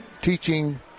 teaching